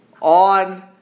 on